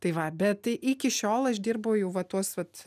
tai va bet iki šiol aš dirbau jau va tuos vat